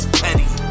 petty